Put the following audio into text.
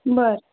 बरं